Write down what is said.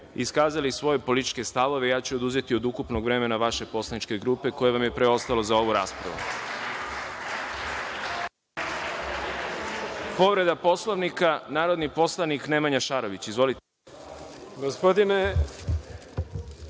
iskazali svoje političke stavove, ja ću oduzeti od ukupnog vremena vaše poslaničke grupe koje vam je preostalo za ovu raspravu. Reč ima narodni poslanik Nemanja Šarović, povreda